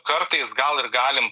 kartais gal ir galim